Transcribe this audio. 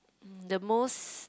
the most